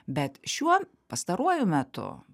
bet šiuo pastaruoju metu